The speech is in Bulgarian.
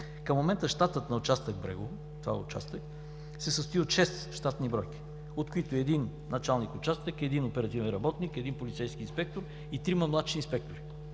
Към момента щатът на участък Брегово се състои от шест щатни бройки, от които един началник участък, един оперативен работник, един полицейски инспектор и трима младши инспектори.